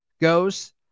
goes